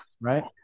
right